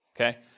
Okay